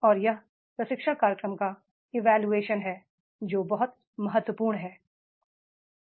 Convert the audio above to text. और यह प्रशिक्षण कार्यक्रम का इवैल्यूएशन है जो बहुत महत्वपूर्ण है